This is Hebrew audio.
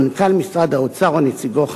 מנכ"ל משרד האוצר או נציגו,